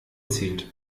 zählt